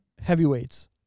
Heavyweights